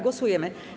Głosujemy.